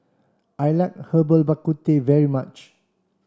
I like Herbal Bak Ku Teh very much